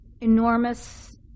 enormous